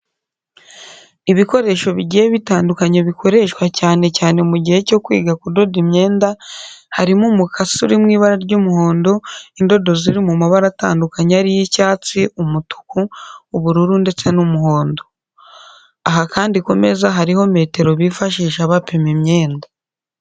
Ibikoresho bigiye bitandukanye bikoreshwa cyane mu gihe cyo kwiga kudoda imyenda, harimo umukasi uri mu ibara ry'umuhondo, indodo ziri mu mabara atandukanye ariyo icyatsi, umutuku, ubururu, ndetse n'umuhondo. Aha kandi ku meza hariho metero bifashisha bapima imyenda.